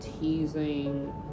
Teasing